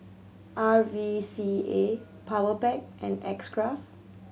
R V C A Powerpac and X Craft